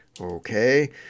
Okay